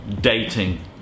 dating